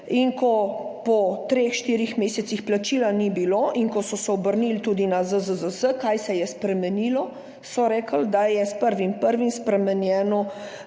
treh, štirih mesecih plačila ni bilo in ko so se obrnili tudi na ZZZS, kaj se je spremenilo, so rekli, da je s 1. 1. spremenjen